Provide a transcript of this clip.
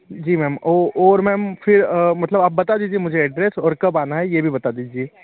जी ma'am और और ma'am फिर मतलब आप बता दीजिए मुझे एड्रेस और कब आना है ये भी बता दीजिए